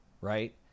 right